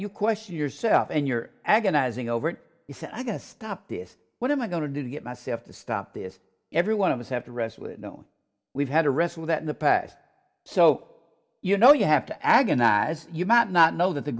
you question yourself and you're agonizing over it i'm gonna stop this what am i going to do to get myself to stop this every one of us have to wrestle no we've had to wrestle that in the past so you know you have to agonize you might not know that the